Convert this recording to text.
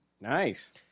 Nice